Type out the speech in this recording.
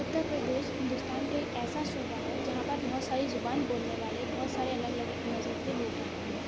اتر پردیش ہندوستان کا ایک ایسا صوبہ ہے جہاں پر بہت ساری زبان بولنے والے بہت سارے الگ الگ مذہب کے لوگ رہتے ہیں